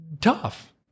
tough